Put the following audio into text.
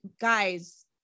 Guys